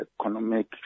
economic